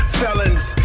felons